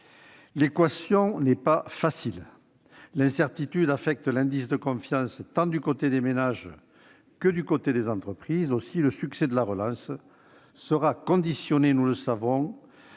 L'équation n'est pas facile : l'incertitude affecte l'indice de confiance du côté tant des ménages que des entreprises. Aussi, le succès de la relance sera conditionné à la